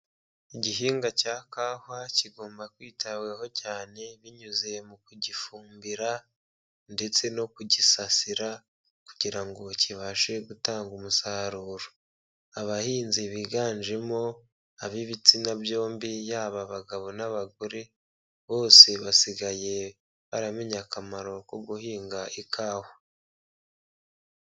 Igihingwa cya kawa kigomba kwitabwaho cyane binyuze mu kugifumbira ndetse no kugisasira kugira ngo kibashe gutanga umusaruro, abahinzi biganjemo ab'ibitsina byombi yaba abagabo n'abagore, bose basigaye baramenye akamaro ko guhinga ikawa.